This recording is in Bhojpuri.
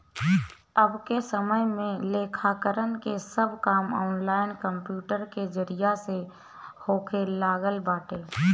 अबके समय में लेखाकरण के सब काम ऑनलाइन कंप्यूटर के जरिया से होखे लागल बाटे